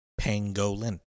Pangolin